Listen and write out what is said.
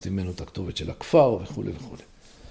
‫הוציא ממנו את הכתובת של הכפר ‫וכו' וכו'.